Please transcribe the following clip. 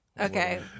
Okay